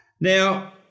Now